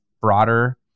broader